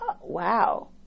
wow